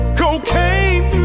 cocaine